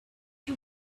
you